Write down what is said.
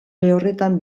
lehorretan